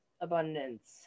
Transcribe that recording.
Abundance